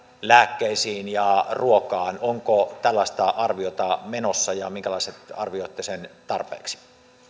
lääkkeisiin ja ruokaan onko tällaista arviota menossa ja minkälaiset arvioitte sen tarpeiksi